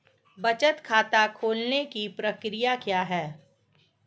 बचत खाता खोलने की प्रक्रिया क्या है?